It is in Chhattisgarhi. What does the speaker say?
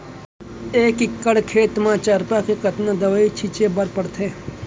एक एकड़ खेत म चरपा के कतना दवई छिंचे बर पड़थे?